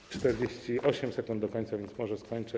Mam 48 sekund do końca, więc może skończę.